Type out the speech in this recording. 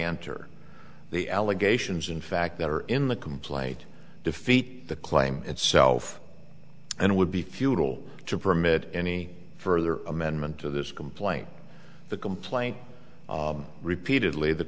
or the allegations in fact that are in the complaint defeat the claim itself and it would be futile to permit any further amendment to this complaint the complaint repeatedly the